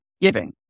giving